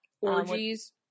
Orgies